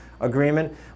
agreement